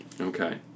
Okay